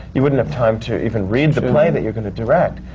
you wouldn't have time to even read the play that you're going to direct.